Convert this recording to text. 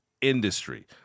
industry